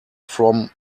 from